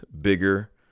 bigger